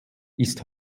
ist